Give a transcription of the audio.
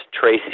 Tracy